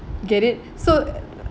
get it so